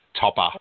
topper